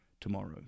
tomorrow